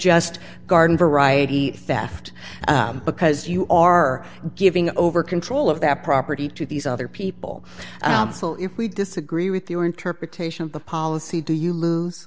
just garden variety theft because you are giving over control of that property to these other people if we disagree with your interpretation of the policy do you lo